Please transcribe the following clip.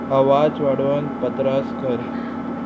आवाज वाडोवन पत्रास कर